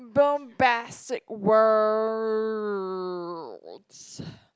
bombastic words